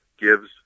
gives